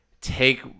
take